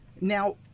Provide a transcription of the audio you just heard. Now